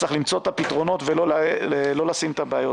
צריך למצוא את הפתרונות ולא להשים את הבעיות.